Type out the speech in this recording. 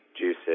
juices